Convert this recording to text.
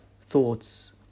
thoughts